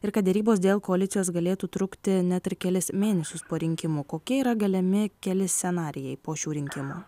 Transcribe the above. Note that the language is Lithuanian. ir kad derybos dėl koalicijos galėtų trukti net ir kelis mėnesius po rinkimų kokie yra galimi keli scenarijai po šių rinkimų